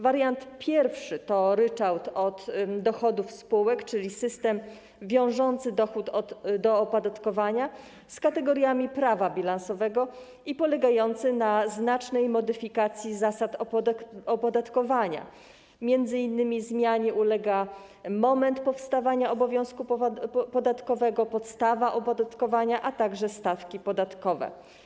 Wariant pierwszy to ryczałt od dochodów spółek, czyli system wiążący dochód do opodatkowania z kategoriami prawa bilansowego, polegający na znacznej modyfikacji zasad opodatkowania - m.in. zmianie ulega moment powstania obowiązku podatkowego, podstawa opodatkowania, a także stawki podatkowe.